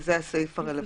זה הסעיף הרלוונטי.